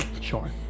Sure